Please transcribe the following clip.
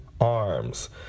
Arms